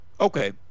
Okay